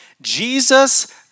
Jesus